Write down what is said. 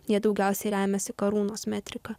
jie daugiausiai remiasi karūnos metrika